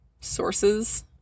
sources